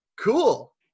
Cool